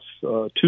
two